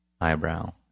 Eyebrow